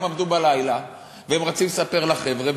הם עבדו בלילה והם רצים לספר לחבר'ה,